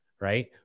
Right